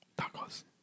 Tacos